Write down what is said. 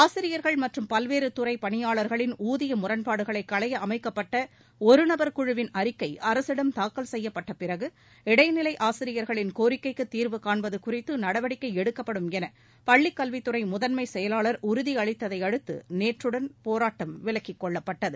ஆசிரியர்கள் மற்றும் பல்வேறு துறை பணியாளர்களின் ஊதிய முரண்பாடுகளைக் களைய அமைக்கப்பட்ட ஒரு நபர் குழுவின் அறிக்கை அரசிடம் தாக்கல் செய்யப்பட்ட பிறகு இடைநிலை ஆசிரியர்களின் கோரிக்கைக்கு தீர்வு காண்பது குறித்து நடவடிக்கை எடுக்கப்படும் என பள்ளிக் கல்வித் துறை முதன்மைச் செயலாளர் உறுதி அளித்ததை அடுத்து நேற்றுடன் போராட்டம் விலக்கிக் கொள்ளப்பட்டது